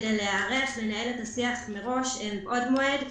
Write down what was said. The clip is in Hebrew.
לכן צריך להיערך לזה מבעוד מועד.